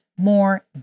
More